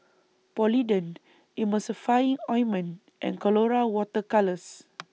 Polident Ointment and Colora Water Colours